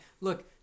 look